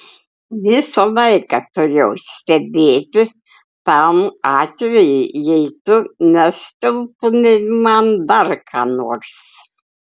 visą laiką turėjau stebėti tam atvejui jei tu mesteltumei man dar ką nors